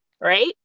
right